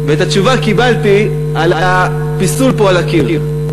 ואת התשובה קיבלתי על הפיסול פה על הקיר.